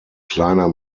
kleiner